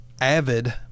AVID